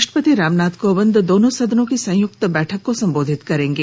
राष्ट्रपति रामनाथ कोविंद दोनों सदनों की संयुक्त बैठक को संबोधित करेंगे